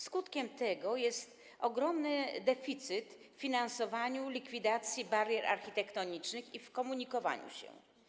Skutkiem tego jest ogromny deficyt w finansowaniu likwidacji barier architektonicznych i w komunikowaniu się.